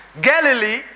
galilee